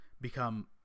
become